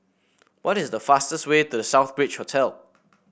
what is the fastest way to The Southbridge Hotel